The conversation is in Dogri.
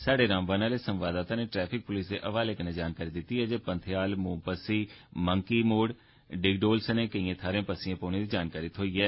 स्हाड़े रामबन आहले संवाददाता नै ट्रैफिक पुलस दे हवाले कन्नै जानकारी दित्ती ऐ जे पंथेयाल मोम पस्सी मन्की मोड़ डिगडोल सने केइएं थाहें पर पस्सियां पौने दी जानकारी थ्हों ऐ